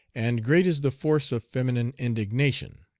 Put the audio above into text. and great is the force of feminine indignation.